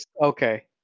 Okay